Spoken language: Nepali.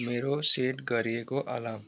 मेरो सेट गरिएको अलार्म